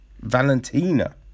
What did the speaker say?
Valentina